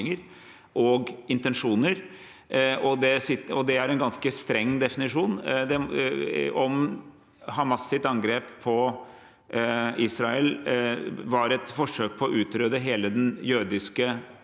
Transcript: og intensjoner. Det er en ganske streng definisjon. Om Hamas’ angrep på Israel var et forsøk på å utrydde hele det jødiske